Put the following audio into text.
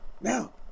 Now